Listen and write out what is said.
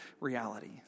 reality